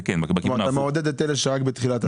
זאת אומרת אתה מעודד את אלה שרק בתחילת הדרך?